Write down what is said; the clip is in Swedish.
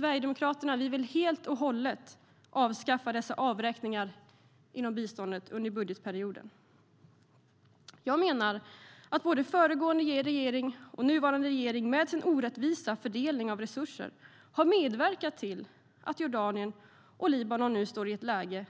Sverigedemokraterna vill helt och hållet avskaffa dessa avräkningar inom biståndet under budgetperioden. Jag menar att både föregående och nuvarande regering med sin orättvisa fördelning av resurser har medverkat till att Jordanien och Libanon nu står i ett läge